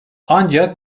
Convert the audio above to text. ancak